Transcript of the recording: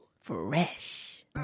Fresh